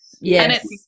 Yes